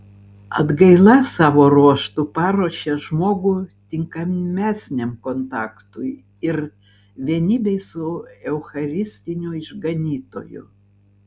atgaila savo ruožtu paruošia žmogų tinkamesniam kontaktui ir vienybei su eucharistiniu išganytoju